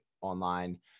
online